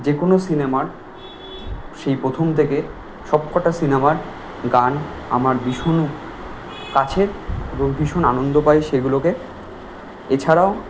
যে কোনো সিনেমার সেই প্রথম থেকে সব কটা সিনেমার গান আমার ভীষণ কাছের এবং ভীষণ আনন্দ পাই সেগুলোকে এছাড়াও